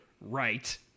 Right